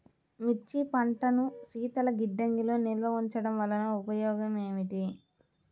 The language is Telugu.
మిర్చి పంటను శీతల గిడ్డంగిలో నిల్వ ఉంచటం వలన ఉపయోగం ఏమిటి?